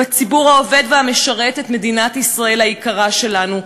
בציבור העובד והמשרת את מדינת ישראל היקרה שלנו,